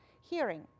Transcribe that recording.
hearing